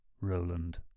Roland